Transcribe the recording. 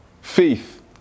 faith